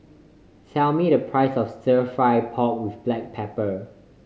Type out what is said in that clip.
tell me the price of Stir Fry pork with black pepper